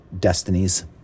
destinies